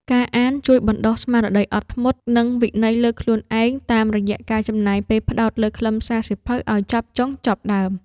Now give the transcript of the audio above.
ការអានជួយបណ្ដុះស្មារតីអត់ធ្មត់ និងវិន័យលើខ្លួនឯង តាមរយៈការចំណាយពេលផ្ដោតលើខ្លឹមសារសៀវភៅឱ្យចប់ចុងចប់ដើម។